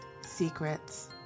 secrets